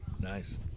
Nice